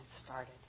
started